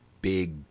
Big